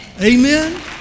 Amen